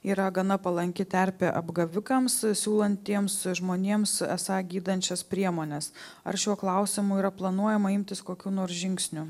yra gana palanki terpė apgavikams siūlantiems žmonėms esą gydančias priemones ar šiuo klausimu yra planuojama imtis kokių nors žingsnių